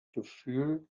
gefühl